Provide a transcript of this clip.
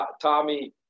Tommy